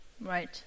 Right